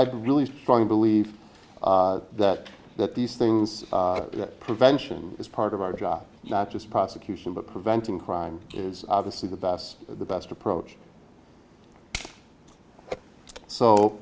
been really strong believe that that these things prevention is part of our job not just prosecution but preventing crime is obviously the best the best approach so